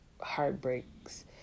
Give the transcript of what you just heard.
heartbreaks